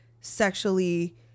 sexually